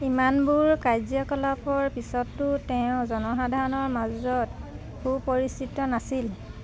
ইমানবোৰ কাৰ্যকলাপৰ পিছতো তেওঁ জনসাধাৰণৰ মাজত সুপৰিচিত নাছিল